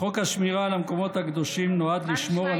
"חוק השמירה על המקומות הקדושים נועד לשמור על